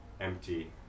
empty